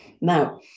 Now